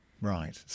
Right